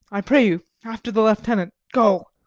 i pray you, after the lieutenant go.